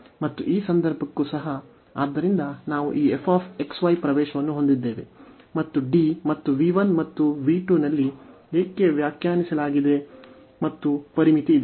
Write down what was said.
ಮತ್ತು ಈ ಸಂದರ್ಭಕ್ಕೂ ಸಹ ಆದ್ದರಿಂದ ನಾವು ಈ ಪ್ರವೇಶವನ್ನು ಹೊಂದಿದ್ದೇವೆ ಮತ್ತು D ಮತ್ತು v 1 ಮತ್ತು v 2 ನಲ್ಲಿ ಏಕೆ ವ್ಯಾಖ್ಯಾನಿಸಲಾಗಿದೆ ಮತ್ತು ಪರಿಮಿತಿ ಇದೆ